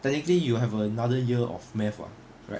technically you have another year of math [what] right